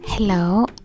Hello